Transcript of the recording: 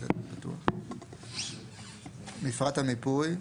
"מפרט המיפוי"